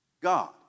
God